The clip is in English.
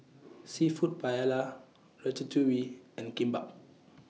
Seafood Paella Ratatouille and Kimbap